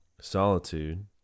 solitude